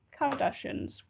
Kardashians